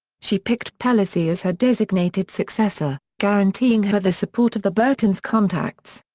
she picked pelosi as her designated successor, guaranteeing her the support of the burtons' contacts.